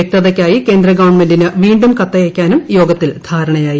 വൃക്തതയ്ക്കായി കേന്ദ്ര ഗവൺമെന്റിന് വീണ്ടും കത്തയക്കാനും യോഗത്തിൽ ധാരണയായി